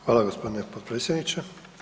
Hvala gospodine potpredsjedniče.